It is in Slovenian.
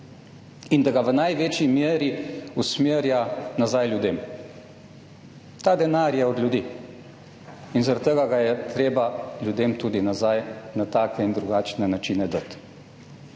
in da ga v največji meri usmerja nazaj ljudem. Ta denar je od ljudi in zaradi tega ga je treba ljudem na take in drugačne načine dati